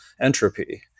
entropy